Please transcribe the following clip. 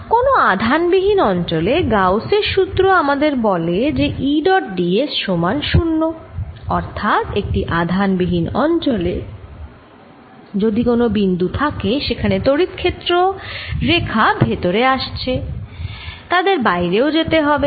কোন আধান বিহীন অঞ্চলে গাউস এর সুত্র আমাদের বলে যে E ডট d s সমান 0 অর্থাৎ একটি আধান বিহীন অঞ্চলে যদি কোন বিন্দু থাকে যেখানে তড়িৎ ক্ষেত্র রেখা ভেতরে আসছে তাদের বাইরেও যেতে হবে